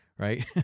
Right